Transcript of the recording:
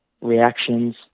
reactions